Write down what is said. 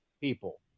people